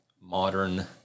modern